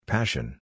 Passion